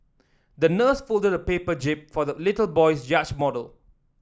the nurse folded a paper jib for the little boy's yacht model